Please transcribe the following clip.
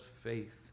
faith